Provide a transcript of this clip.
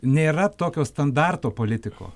nėra tokio standarto politiko